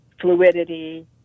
fluidity